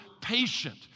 patient